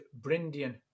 brindian